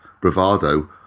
bravado